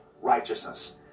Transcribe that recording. righteousness